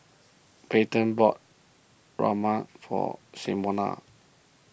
Payton bought Rajma for Simona